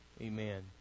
Amen